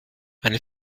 eine